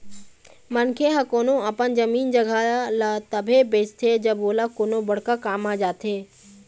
मनखे ह कोनो अपन जमीन जघा ल तभे बेचथे जब ओला कोनो बड़का काम आ जाथे